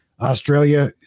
Australia